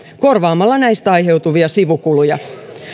korvaamalla näistä aiheutuvia sivukuluja